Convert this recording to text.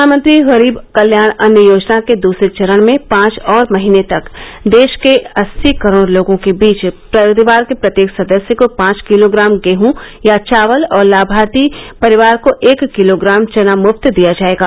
प्रधानमंत्री गरीब कल्याण अन्न योजना के दूसरे चरण में पांच और महीने तक देश के अस्सी करोड लोगों के बीच परिवार के प्रत्येक सदस्य को पांच किलोग्राम गेहूं या चावल और प्रत्येक लामार्थी परिवार को एक किलोग्राम चना मुफ्त दिया जाएगा